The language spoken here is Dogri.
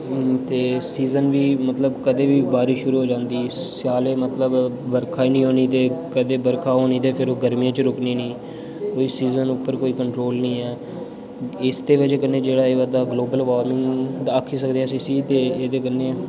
ते सीजन बी मतलब कदें बी बारिश शुरू हो जांदी स्याले मतलब बरखा इ'न्नी होनी ते कदें बरखा होनी ते फिर ओह् गर्मियें च रुक्कनी निं इस सीजन उप्पर कोई कंट्रोल निं ऐ इसदी बजह् कन्नै जेह्ड़ा होआ दा ऐ ग्लोबल वार्मिंग आखी सकदे आं अस इसी ते एह्दे कन्नै